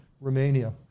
Romania